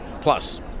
plus